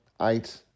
eight